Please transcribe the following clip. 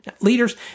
Leaders